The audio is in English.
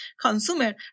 consumer